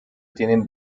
tienen